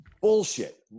Bullshit